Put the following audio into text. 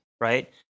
right